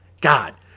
God